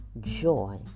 Joy